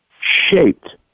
shaped